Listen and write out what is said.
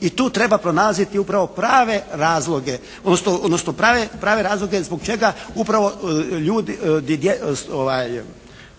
i tu treba pronalaziti upravo prave razloge, odnosno prave razloge zbog čega upravo ljudi,